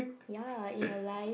ya lah in your life